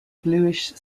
bluish